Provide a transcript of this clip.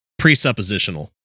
presuppositional